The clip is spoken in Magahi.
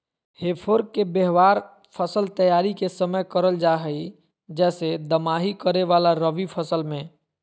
हे फोर्क के व्यवहार फसल तैयारी के समय करल जा हई, जैसे दमाही करे वाला रवि फसल मे